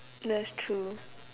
that's true